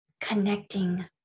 connecting